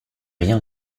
rien